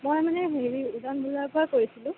মই মানে হেৰি উজান বজাৰৰ পৰা কৰিছিলোঁঁ